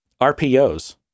RPOs